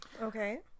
Okay